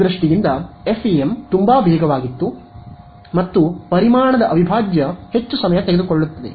ಆದ್ದರಿಂದ ವೇಗದ ದೃಷ್ಟಿಯಿಂದ ಎಫ್ಇಎಂ ತುಂಬಾ ವೇಗವಾಗಿತ್ತು ಮತ್ತು ಪರಿಮಾಣದ ಅವಿಭಾಜ್ಯ ಹೆಚ್ಚು ಸಮಯ ತೆಗೆದುಕೊಳ್ಳುತ್ತದೆ